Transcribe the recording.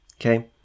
Okay